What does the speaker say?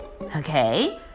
Okay